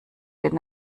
den